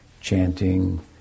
chanting